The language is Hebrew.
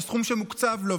את הסכום שמוקצב לו,